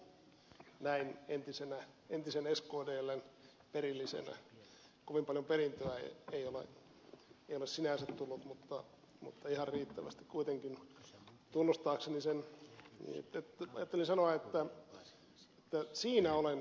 zyskowiczin puheen lopun näin entisen skdln perillisenä kovin paljon perintöä ei ole sinänsä tullut mutta ihan riittävästi kuitenkin tunnustaakseni sen että siinä olen ed